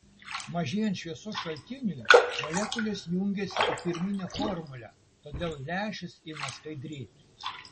mažėjant šviesos šaltiniui molekulės jungiasi į pirminę formulę todėl lęšis ima skaidrėti